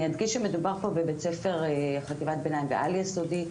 אני אדגיש שמדובר פה בבית ספר חטיבת ביניים ועל יסודי,